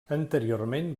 anteriorment